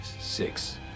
six